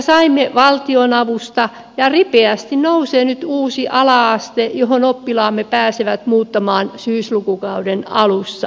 saimme valtionapua ja ripeästi nousee nyt uusi ala aste johon oppilaamme pääsevät muuttamaan syyslukukauden alussa